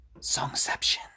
Songception